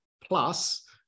plus